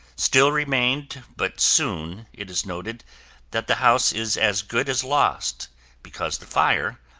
still remained but soon it is noted that the house is as good as lost because the fire,